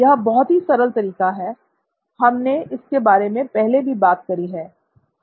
यह बहुत ही सरल तरीका है हमने इसके बारे में पहले भी बात करी है